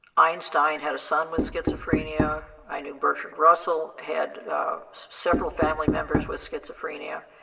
einstein had a son with schizophrenia, i knew bertrand russell had several family members with schizophrenia.